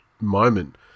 moment